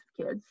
kids